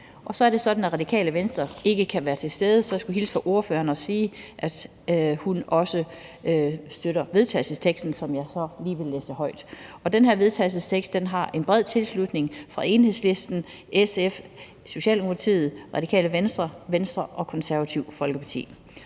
Så er det sådan, at Radikale Venstre ikke kan være til stede, så jeg skulle hilse fra ordføreren og sige, at hun også støtter vedtagelsesteksten, som jeg så lige vil læse højt. Den her vedtagelsestekst har en bred tilslutning fra Enhedslisten, SF, Socialdemokratiet, Radikale Venstre, Venstre og Det Konservative Folkeparti,